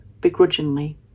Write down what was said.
begrudgingly